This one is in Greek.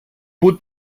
πού